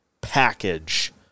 package